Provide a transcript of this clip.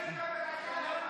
אמריקה מחכה לך.